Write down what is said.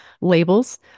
labels